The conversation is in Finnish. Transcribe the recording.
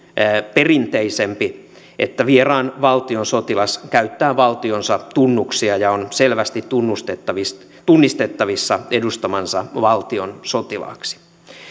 perinteisempi että vieraan valtion sotilas käyttää valtionsa tunnuksia ja on selvästi tunnistettavissa tunnistettavissa edustamansa valtion sotilaaksi